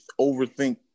overthink